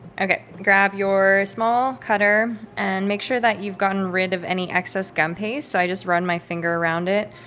okay. grab your small cutter and make sure that you've gotten rid of any excess gum paste. so i just run my finger around it.